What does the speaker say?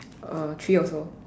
uh three also